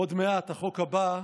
עוד מעט, החוק הבא,